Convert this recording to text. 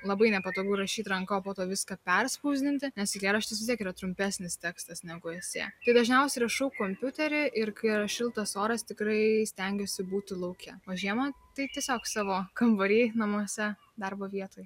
labai nepatogu rašyti ranka o po to viską perspausdinti nes eilėraštis vis tiek yra trumpesnis tekstas negu esė tai dažniausiai rašau kompiutery ir kai ar šiltas oras tikrai stengiuosi būti lauke o žiemą tai tiesiog savo kambary namuose darbo vietoj